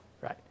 right